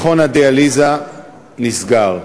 מכון הדיאליזה נסגר,